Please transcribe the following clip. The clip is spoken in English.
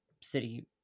city